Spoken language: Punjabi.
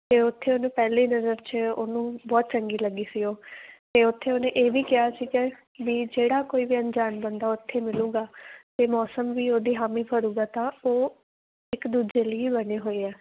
ਅਤੇ ਉੱਥੇ ਉਹਨੂੰ ਪਹਿਲੇ ਹੀ ਨਜ਼ਰ 'ਚ ਉਹਨੂੰ ਬਹੁਤ ਚੰਗੀ ਲੱਗੀ ਸੀ ਉਹ ਅਤੇ ਉੱਥੇ ਉਹਨੇ ਇਹ ਵੀ ਕਿਹਾ ਸੀ ਕਿ ਬੀ ਜਿਹੜਾ ਕੋਈ ਵੀ ਅਣਜਾਣ ਬੰਦਾ ਉੱਥੇ ਮਿਲੇਗਾ ਅਤੇ ਮੌਸਮ ਵੀ ਉਹਦੀ ਹਾਮੀ ਫੜੇਗਾ ਤਾਂ ਉਹ ਇੱਕ ਦੂਜੇ ਲਈ ਬਣੇ ਹੋਏ ਆ